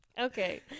Okay